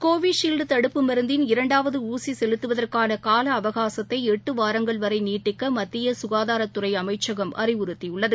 Covishield தடுப்பு மருந்தின் இரண்டாவது ஊசி செலுத்துவதற்கான கால அவகாகத்தை எட்டு வாரங்கள் வரை நீட்டிக்க மத்திய சுகாதாரத்துறை அமைச்சகம் அறிவுறுத்தியுள்ளது